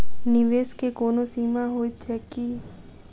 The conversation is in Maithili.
निवेश केँ कोनो सीमा होइत छैक की?